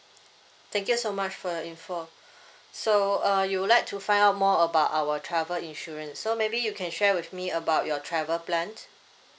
thank you so much for your info so uh you would like to find out more about our travel insurance so maybe you can share with me about your travel plans